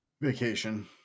vacation